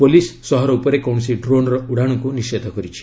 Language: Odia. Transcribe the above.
ପୋଲିସ ସହର ଉପରେ କୌଣସି ଡ୍ରୋନ୍ର ଉଡ଼ାଣକୁ ନିଷେଧ କରିଛି